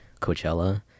Coachella